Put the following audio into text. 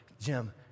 Jim